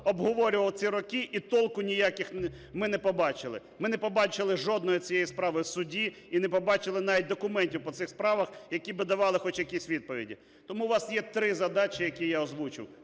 обговорював ці роки і толку ніякого ми не побачили. Ми не побачили жодної цієї справи в суді і не побачили навіть документів по цих справах, які би давали хоч якісь відповіді. Тому у вас є три задачі, які я озвучив: